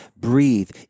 breathe